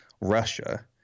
Russia